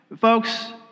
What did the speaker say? Folks